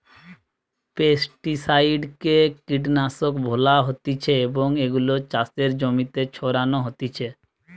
pesticide কে কীটনাশক বলা হতিছে এবং এগুলো চাষের জমিতে ছড়ানো হতিছে